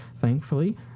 thankfully